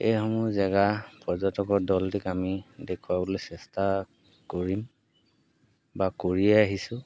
এইসমূহ জেগা পৰ্যটকৰ দলটিক আমি দেখুৱাবলৈ চেষ্টা কৰিম বা কৰিয়েই আহিছোঁ